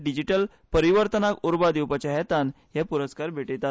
डिजीटल परिवर्तनाक उर्बा दिवपाचे हेतान हे प्रस्कार भेटयतात